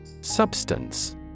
Substance